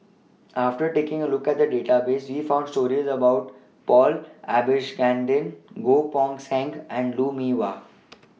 after taking A Look At The Database We found stories about Paul Abisheganaden Goh Poh Seng and Lou Mee Wah